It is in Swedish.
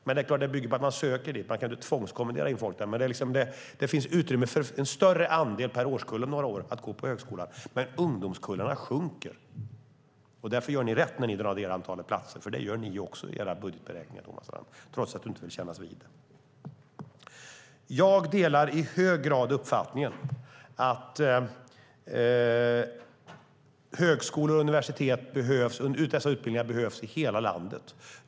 Men det bygger på att de söker dit. Man kan inte tvångskommendera in folk. Men om några år finns det utrymme för en större andel per årskull att gå på högskolan. Ungdomskullarna minskar. Därför gör ni rätt när ni drar ned antalet platser, för det gör ni också i era budgetberäkningar, Thomas Strand, trots att du inte vill kännas vid det. Jag delar i hög grad uppfattningen att dessa utbildningar behövs i hela landet.